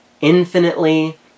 Infinitely